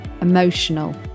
emotional